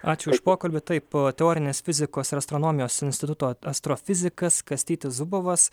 ačiū už pokalbį taip pat teorinės fizikos ir astronomijos instituto astrofizikas kastytis zubovas